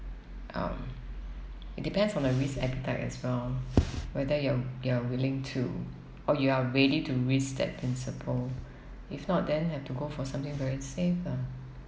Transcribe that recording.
um it depends on the risk appetite as well whether you're you're willing to or you are ready to risk that principal if not then have to go for something very safe ah